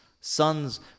sons